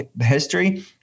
history